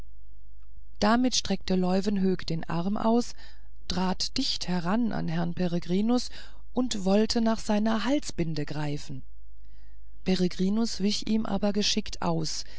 damit streckte leuwenhoek den arm aus trat dicht heran an herrn peregrinus und wollte nach seiner halsbinde greifen peregrinus wich ihm aber geschickt aus